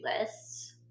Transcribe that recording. lists